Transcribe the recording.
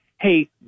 hey